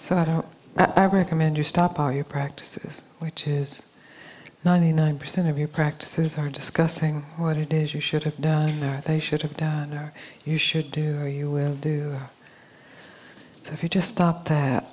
so i don't i recommend you stop are your practices which is ninety nine percent of your practices are discussing what it is you should have or they should have done or you should do or you will do if you just stop that